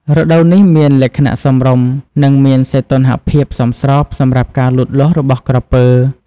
រដូវនេះមានលក្ខណៈសមរម្យ និងមានសីតុណ្ហភាពសមស្របសម្រាប់ការលូតលាស់របស់ក្រពើ។